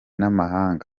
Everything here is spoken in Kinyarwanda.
n’amahanga